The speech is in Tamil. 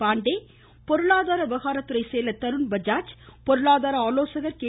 பாண்டே பொருளாதார விவகாரத்துறை செயலர் தருண் பஜாஜ் பொருளாதார ஆலோசகர் கே